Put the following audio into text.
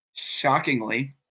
Shockingly